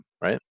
right